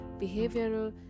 behavioral